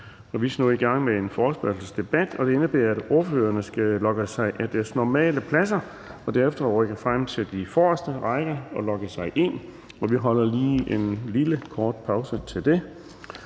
nu i gang med en forespørgselsdebat, og det indebærer, at ordførerne skal logge sig af deres normale pladser og derefter rykke frem på de forreste rækker og logge sig ind. Vi holder lige en kort pause til det.